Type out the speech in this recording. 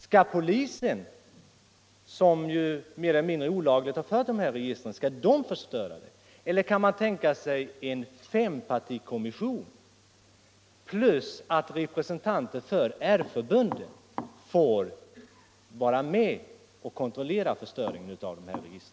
Skall polisen, som mer eller mindre olagligt fört dessa register, förstöra dem? Eller kan man tänka sig en fempartikommission samt att :representanter för R-förbunden får vara med och kontrollera förstöringen av dessa register?